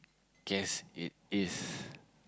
guess it is